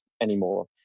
anymore